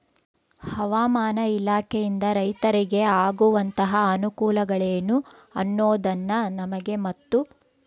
ಹವಾಮಾನ ಇಲಾಖೆಯಿಂದ ರೈತರಿಗೆ ಆಗುವಂತಹ ಅನುಕೂಲಗಳೇನು ಅನ್ನೋದನ್ನ ನಮಗೆ ಮತ್ತು?